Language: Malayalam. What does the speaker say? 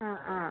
ആ ആ